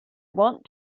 want